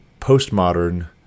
postmodern